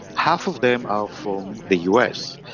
half of them are from the us,